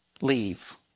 leave